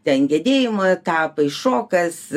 ten gedėjimo etapai šokas